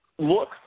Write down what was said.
Look